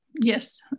Yes